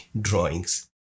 drawings